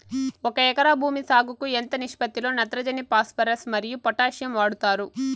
ఒక ఎకరా భూమి సాగుకు ఎంత నిష్పత్తి లో నత్రజని ఫాస్పరస్ మరియు పొటాషియం వాడుతారు